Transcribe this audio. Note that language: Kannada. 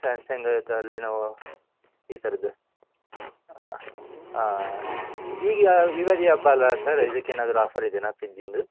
ಸ್ಯಾಮ್ಸಂಗ್ ಅಥವಾ ಲೆನೋವೊ ಈ ಥರದ್ದು ಈಗ ಯುಗಾದಿ ಹಬ್ಬ ಅಲ್ಲ ಸರ್ ಇದಕ್ಕೇನಾದರು ಆಫರ್ ಇದೆಯಾ ಫ್ರಿಜ್ಯಿಂದು